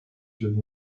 fully